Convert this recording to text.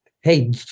Hey